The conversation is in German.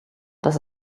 dass